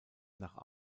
nach